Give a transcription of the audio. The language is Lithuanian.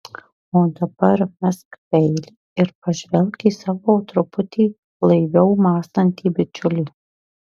o dabar mesk peilį ir pažvelk į savo truputį blaiviau mąstantį bičiulį